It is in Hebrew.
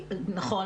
נכון.